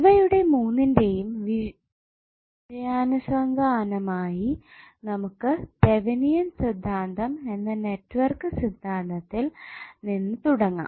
ഇവയുടെ മൂന്നിന്റെയും വിഷയാനുസന്ധാനമായി നമുക്ക് തെവെനിൻ സിദ്ധാന്തം എന്ന നെറ്റ്വർക്ക് സിദ്ധാന്തത്തിൽ നിന്ന് തുടങ്ങാം